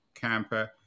Camper